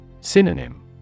Synonym